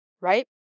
right